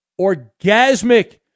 Orgasmic